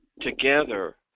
together